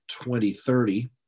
2030